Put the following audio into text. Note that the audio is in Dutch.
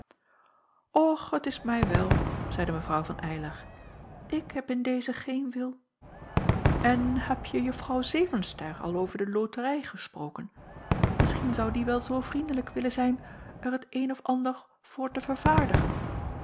och t is mij wel zeide mw van eylar ik heb in dezen geen wil en hebje juffrouw zevenster al over de loterij gesproken misschien zou die wel zoo vriendelijk willen zijn er het een of ander voor te vervaardigen